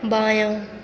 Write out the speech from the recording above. بایاں